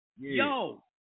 Yo